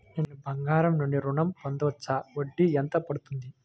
నేను బంగారం నుండి ఋణం పొందవచ్చా? వడ్డీ ఎంత పడుతుంది?